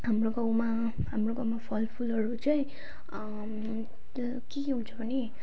हाम्रो गाउँमा हाम्रो गाउँमा फल फुलहरू चाहिँ के के हुन्छ भने आँप हुन्छ